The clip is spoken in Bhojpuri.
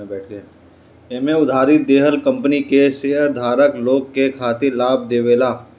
एमे उधारी देहल कंपनी के शेयरधारक लोग के खातिर लाभ देवेला